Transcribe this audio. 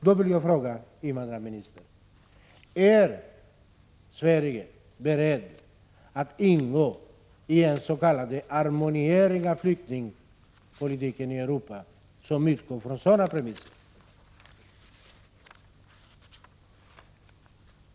Då vill jag fråga invandrarministern: Är Sverige berett att medverka i en s.k. harmoniering av flyktingpolitiken i Europa som utgår från sådana premisser?